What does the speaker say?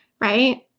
right